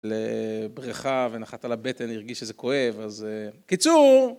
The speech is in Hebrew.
לבריכה ונחת על הבטן, הרגיש שזה כואב, אז... קיצור.